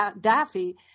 Daffy